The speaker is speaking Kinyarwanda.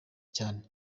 cyane